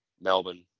Melbourne